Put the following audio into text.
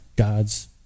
God's